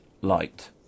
light